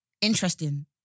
interesting